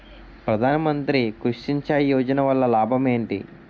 ప్రధాన మంత్రి కృషి సించాయి యోజన వల్ల లాభం ఏంటి?